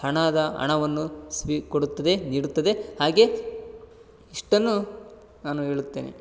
ಹಣದ ಹಣವನ್ನು ಸ್ವೀ ಕೊಡುತ್ತದೆ ನೀಡುತ್ತದೆ ಹಾಗೇ ಇಷ್ಟನ್ನು ನಾನು ಹೇಳುತ್ತೇನೆ